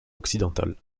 occidentale